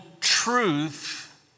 truth